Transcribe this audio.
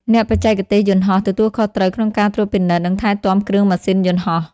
អ្នកបច្ចេកទេសយន្តហោះ ទទួលខុសត្រូវក្នុងការត្រួតពិនិត្យនិងថែទាំគ្រឿងម៉ាស៊ីនយន្តហោះ។